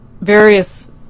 various